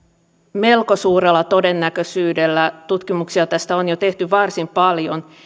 melko suurella todennäköisyydellä tutkimuksia tästä on jo tehty varsin paljon